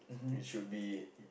you should be